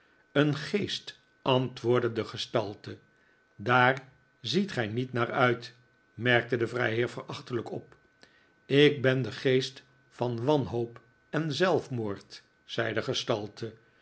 een geest antwoordde de gestalte daar ziet gij niet naar uit merkte de vrijheer verachtelijk op ik ben de geest van wanhoop en zelfmoord zei de gestalte